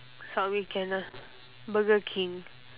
subway can ah burger king